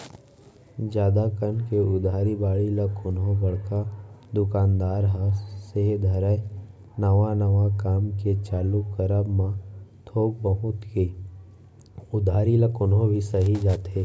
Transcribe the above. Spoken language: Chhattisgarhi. जादा कन के उधारी बाड़ही ल कोनो बड़का दुकानदार ह सेहे धरय नवा नवा काम के चालू करब म थोक बहुत के उधारी ल कोनो भी सहि जाथे